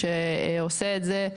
ושעושה את זה,